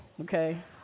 okay